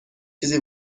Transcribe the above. چیزی